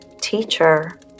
Teacher